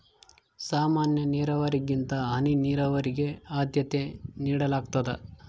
ಸಾಮಾನ್ಯ ನೇರಾವರಿಗಿಂತ ಹನಿ ನೇರಾವರಿಗೆ ಆದ್ಯತೆ ನೇಡಲಾಗ್ತದ